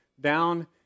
down